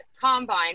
combine